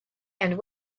and